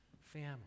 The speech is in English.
Family